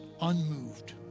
unmoved